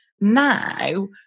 now